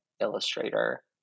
illustrator